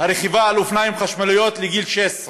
הרכיבה על אופניים חשמליים לגיל 16,